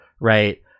right